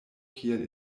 kiel